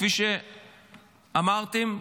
כפי שאמרתם,